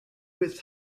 with